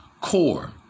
core